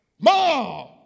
Mom